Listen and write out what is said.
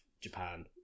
Japan